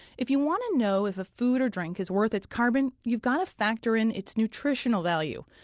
if you want to know if a food or drink is worth its carbon, you've got to factor in its nutritional value.